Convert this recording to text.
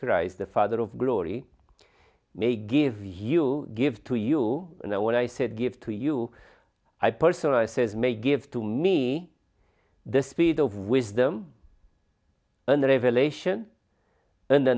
christ the father of glory may give you give to you and i when i said give to you i personally i says may give to me the spirit of wisdom and